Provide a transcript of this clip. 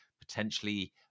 potentially